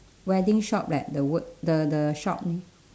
wedding shop leh the word the the shop name